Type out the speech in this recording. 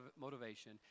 motivation